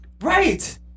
Right